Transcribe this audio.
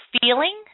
feeling